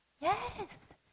Yes